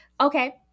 Okay